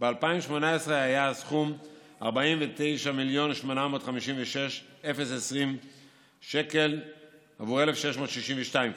ב-2018 היה הסכום 49 מיליון ו-856,020 שקל בעבור 1,662 כיתות,